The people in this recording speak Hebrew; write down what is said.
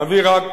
אביא רק